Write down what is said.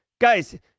guys